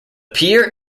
pier